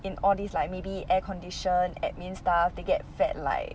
in all these like maybe air conditioned admin stuff they get fed like